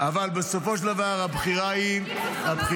אבל בסופו של דבר הבחירה היא -- חבל שאתה לא --- מול חמאס,